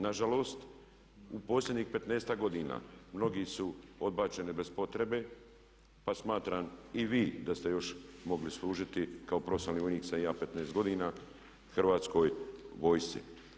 Nažalost, u posljednjih 15-ak godina mnogi su odbačeni bez potrebe pa smatram i vi da ste još mogli služiti kao profesionalni vojnik Hrvatskoj vojsci.